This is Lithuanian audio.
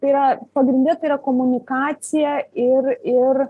tai yra pagrinde tai yra komunikacija ir ir